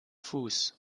fuß